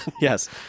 Yes